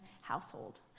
household